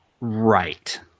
Right